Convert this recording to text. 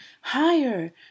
higher